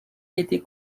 été